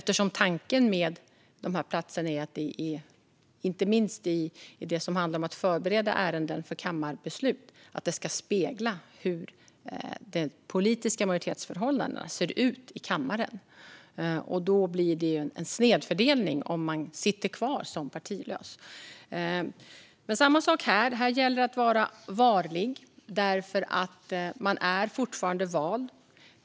Tanken med dessa platser är nämligen att man, inte minst i arbetet med att förbereda ärenden för kammarbeslut, ska spegla hur de politiska majoritetsförhållandena i kammaren ser ut. Då blir det en snedfördelning om man sitter kvar som partilös. Det är dock samma sak här: Det gäller att vara varlig, för man är fortfarande vald.